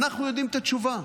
אנחנו יודעים את התשובה,